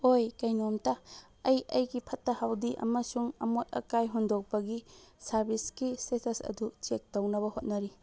ꯍꯣꯏ ꯀꯩꯅꯣꯝꯇ ꯑꯩ ꯑꯩꯒꯤ ꯐꯠꯇ ꯍꯥꯎꯗꯤ ꯑꯃꯁꯨꯡ ꯑꯃꯣꯠ ꯑꯀꯥꯏ ꯍꯨꯟꯗꯣꯛꯄꯒꯤ ꯁꯥꯔꯕꯤꯁꯀꯤ ꯏꯁꯇꯦꯇꯁ ꯑꯗꯨ ꯆꯦꯛ ꯇꯧꯅꯕ ꯍꯣꯠꯅꯔꯤ